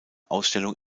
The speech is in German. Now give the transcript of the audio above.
ausstellung